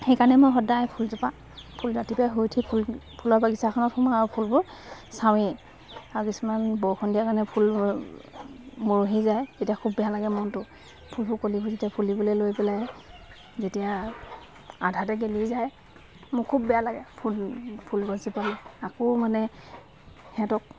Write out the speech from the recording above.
সেইকাৰণে মই সদায় ফুলজোপা ফুল ৰাতিপুৱাই শুই উঠি ফুল ফুলৰ বাগিচাখনত সোমাওঁ আৰু ফুলবোৰ চাওঁৱেই আৰু কিছুমান বৰষুণ দিয়া কাৰণে ফুলবোৰ মৰহি যায় তেতিয়া খুব বেয়া লাগে মনটো ফুলবোৰ কলিবোৰ যেতিয়া ফুলিবলৈ লৈ পেলাই যেতিয়া আধাতে গেলি যায় মোৰ খুব বেয়া লাগে ফুল ফুল গছজোপাক আকৌ মানে সিহঁতক